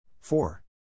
four